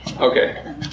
okay